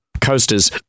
coasters